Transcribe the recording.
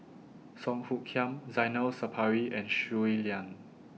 Song Hoot Kiam Zainal Sapari and Shui Lan